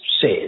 says